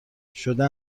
شده